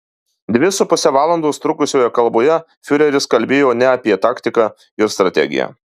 dvi su puse valandos trukusioje kalboje fiureris kalbėjo ne apie taktiką ir strategiją